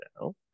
now